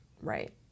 right